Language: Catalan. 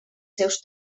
seus